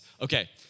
Okay